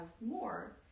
more